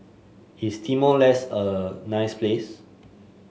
is Timor Leste a nice place